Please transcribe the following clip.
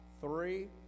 Three